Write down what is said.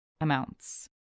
amounts